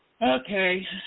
Okay